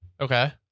Okay